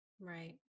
Right